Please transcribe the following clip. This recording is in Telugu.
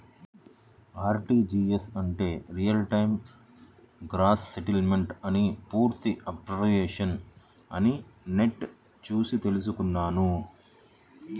ఆర్టీజీయస్ అంటే రియల్ టైమ్ గ్రాస్ సెటిల్మెంట్ అని పూర్తి అబ్రివేషన్ అని నెట్ చూసి తెల్సుకున్నాను